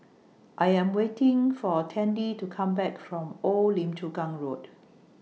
I Am waiting For Tandy to Come Back from Old Lim Chu Kang Road